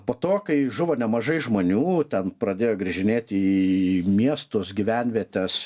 po to kai žuvo nemažai žmonių ten pradėjo grįžinėti į miestus gyvenvietes